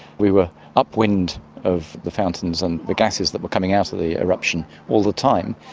we were up-wind of the fountains and the gases that were coming out of the eruption all the time,